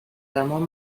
ramón